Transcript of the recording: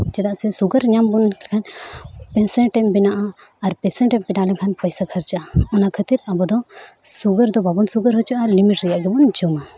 ᱪᱮᱫᱟᱜ ᱥᱮ ᱥᱩᱜᱟᱨ ᱧᱟᱢ ᱵᱚᱱ ᱠᱷᱟᱱ ᱯᱮᱥᱮᱱᱴ ᱮᱢ ᱵᱮᱱᱟᱜᱼᱟ ᱟᱨ ᱯᱮᱥᱮᱱᱴ ᱮᱢ ᱵᱮᱱᱣ ᱞᱮᱱᱠᱷᱟᱱ ᱯᱚᱭᱥᱟ ᱠᱷᱚᱨᱪᱟᱜᱼᱟ ᱚᱱᱟ ᱠᱷᱟᱹᱛᱤᱨ ᱟᱵᱚ ᱫᱚ ᱥᱩᱜᱟᱨ ᱫᱚ ᱵᱟᱵᱚᱱ ᱥᱩᱜᱟᱨ ᱦᱚᱪᱚᱜᱼᱟ ᱞᱤᱢᱤᱴ ᱨᱮᱭᱟᱜ ᱜᱮᱵᱚᱱ ᱡᱚᱢᱟ